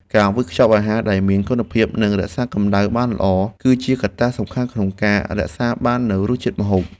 ការវេចខ្ចប់អាហារដែលមានគុណភាពនិងរក្សាកំដៅបានល្អ គឺជាកត្តាសំខាន់ក្នុងការរក្សាបាននូវរសជាតិម្ហូប។